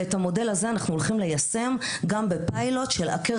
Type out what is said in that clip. ואת המודל הזה אנחנו הולכים ליישם גם בפיילוט של "עקר,